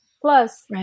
Plus